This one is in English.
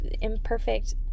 imperfect